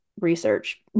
research